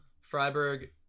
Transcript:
Freiburg